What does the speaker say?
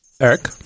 Eric